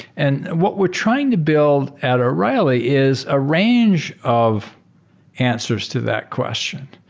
and what we're trying to build at o'reilly is a range of answers to that question,